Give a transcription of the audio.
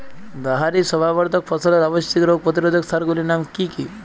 বাহারী শোভাবর্ধক ফসলের আবশ্যিক রোগ প্রতিরোধক সার গুলির নাম কি কি?